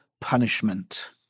punishment